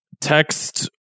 Text